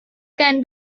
can